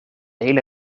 hele